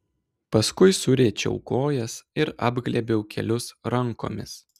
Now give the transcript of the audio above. paskui suriečiau kojas ir apglėbiau kelius rankomis